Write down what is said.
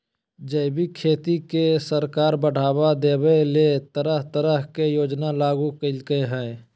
जैविक खेती के सरकार बढ़ाबा देबय ले तरह तरह के योजना लागू करई हई